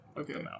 okay